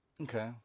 Okay